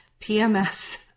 PMS